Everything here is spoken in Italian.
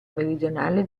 meridionale